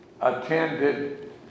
attended